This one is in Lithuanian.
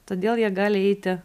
todėl jie gali eiti